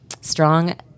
Strong